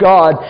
God